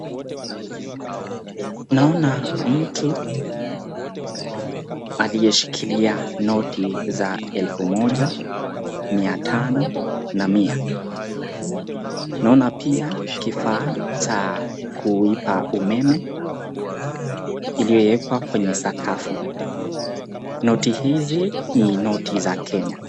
Naona mtu aliyeshikilia noti za elfu moja, mia tano na mia. Naona pia kifaa cha kulipa umeme imewekwa kwenye sakafu. Noti hizi ni noti za kenya.